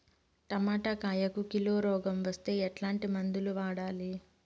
Tomato కాయలకు కిలో రోగం వస్తే ఎట్లాంటి మందులు వాడాలి?